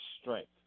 strength